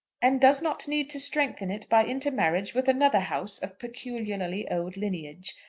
and does not need to strengthen it by intermarriage with another house of peculiarly old lineage.